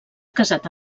casat